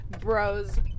bros